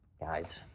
guys